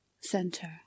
center